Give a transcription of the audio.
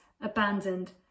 abandoned